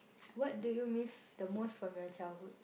what do you miss the most from your childhood